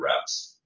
reps